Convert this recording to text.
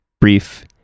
brief